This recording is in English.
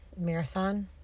marathon